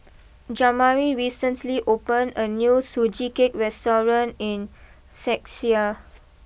Jamari recently opened a new Sugee Cake restaurant in Czechia